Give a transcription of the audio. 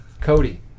Cody